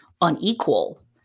unequal